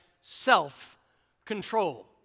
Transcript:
self-control